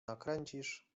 nakręcisz